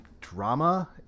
drama